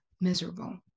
miserable